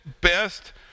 best